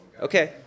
Okay